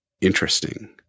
interesting